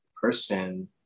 person